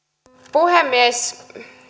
puhemies